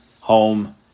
home